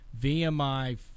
VMI